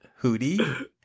Hootie